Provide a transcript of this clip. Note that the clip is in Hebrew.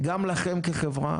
אם אתה לא אומר כמה תוספתי מהאוצר?